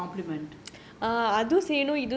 so this will complement